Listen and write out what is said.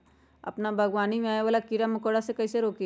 अपना बागवानी में आबे वाला किरा मकोरा के कईसे रोकी?